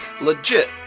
Legit